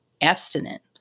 abstinent